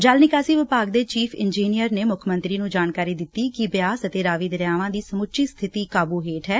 ਜਲ ਨਿਕਾਸੀ ਵਿਭਾਗ ਦੇ ਚੀਫ਼ ਇੰਜੀਨੀਅਰ ਨੇ ਮੁੱਖ ਮੰਤਰੀ ਨੂੰ ਜਾਣਕਾਰੀ ਦਿੱਤੀ ਕਿ ਬਿਆਸ ਅਤੇ ਰਾਵੀ ਦਰਿਆਵਾਂ ਦੀ ਸਮੁੱਚੀ ਸਬਿਤੀ ਕਾਬੂ ਹੇਠ ਐ